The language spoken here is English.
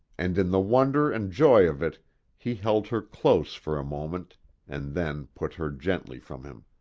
and in the wonder and joy of it he held her close for a moment and then put her gently from him.